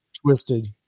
Twisted